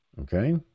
Okay